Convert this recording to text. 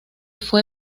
fue